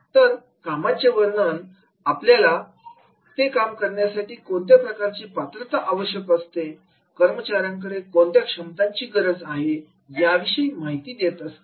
तर कामाचे वर्णन आपल्याला ते काम करण्यासाठी कोणत्या प्रकारची पात्रता आवश्यक असते कर्मचाऱ्यांकडे कोणत्या क्षमतांची गरज आहे याविषयी माहिती देत असते